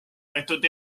võetud